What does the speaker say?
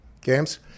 games